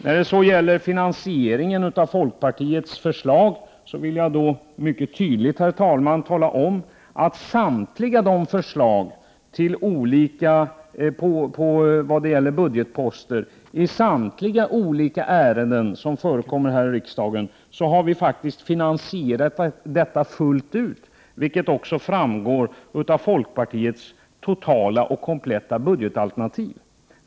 När det gäller finansieringen av folkpartiets förslag vill jag mycket tydligt klargöra att vi fullt ut har finansierat samtliga våra förslag i de ärenden som behandlas här i riksdagen, vilket också framgår av folkpartiets kompletta budgetalternativ.